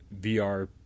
VR